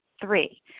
Three